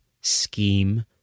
scheme